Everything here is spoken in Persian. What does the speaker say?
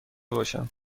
باشم